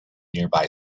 nearby